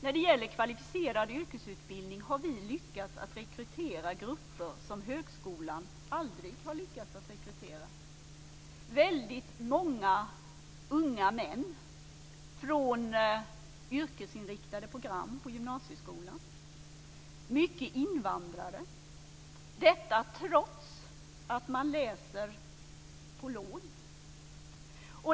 När det gäller kvalificerad yrkesutbildning har vi lyckats rekrytera grupper som högskolan aldrig lyckats rekrytera. Väldigt många av dem är unga män från yrkesinriktade program på gymnasieskolan och många är invandrare; detta trots att man läser med lån.